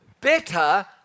better